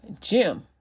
Jim